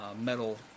metal